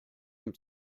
dem